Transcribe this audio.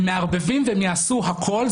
הם מערבבים והם יעשו הכול,